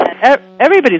everybody's